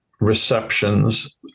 receptions